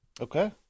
Okay